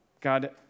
God